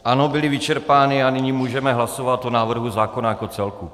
Ano, byly vyčerpány a nyní můžeme hlasovat o návrhu zákona jako celku.